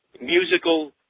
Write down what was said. musical